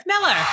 Miller